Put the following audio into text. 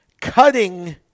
cutting